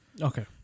Okay